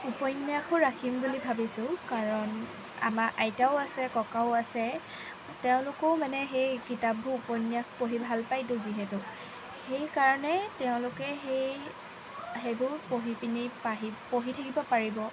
উপন্যাসো ৰাখিম বুলি ভাবিছোঁ কাৰণ আমাৰ আইতাও আছে ককাও আছে তেওঁলোকো মানে সেই কিতাপবোৰ উপন্যাস পঢ়ি ভালপাইতো যিহেতু সেই কাৰণে তেওঁলোকে সেই সেইবোৰ পঢ়ি পিনি পাহি পঢ়ি থাকিব পাৰিব